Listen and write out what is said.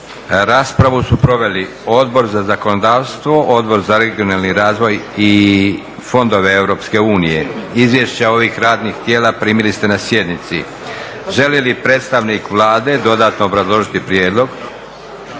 Raspravu su proveli Odbor za zakonodavstvo, Odbor za regionalni razvoj i fondove Europske unije. Izvješća ovih radnih tijela primili ste na sjednici. Želi li predstavnik Vlade dodatno obrazložiti prijedlog?